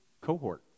cohort